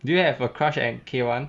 do you have a crush at K one